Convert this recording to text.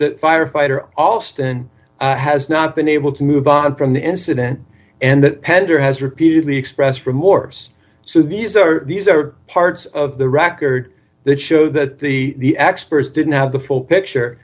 the firefighter alston has not been able to move on from the incident and that pender has repeatedly expressed remorse so these are these are parts of the record that show that the experts didn't have the full picture